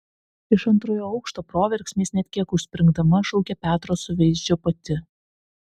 iš antrojo aukšto proverksmiais net kiek užspringdama šaukė petro suveizdžio pati